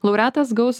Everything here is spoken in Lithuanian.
laureatas gaus